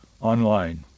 online